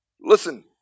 listen